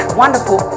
wonderful